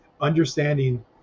understanding